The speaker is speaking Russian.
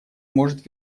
может